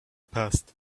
passed